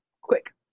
quick